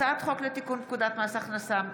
הצעת חוק לתיקון פקודת מס הכנסה (מס'